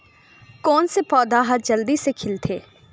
कोन से पौधा ह जल्दी से खिलथे?